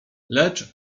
lecz